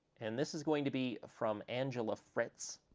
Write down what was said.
and this is going to be from angela fritz.